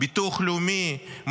ביטוח לאומי,